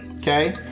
okay